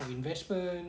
for investment